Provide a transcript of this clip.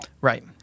Right